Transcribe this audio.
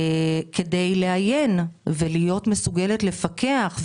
כדי שאהיה מסוגלת לפקח,